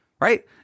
Right